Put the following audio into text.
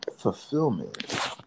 Fulfillment